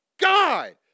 God